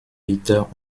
peter